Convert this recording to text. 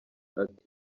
ati